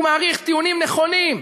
הוא מעריך טיעונים נכונים,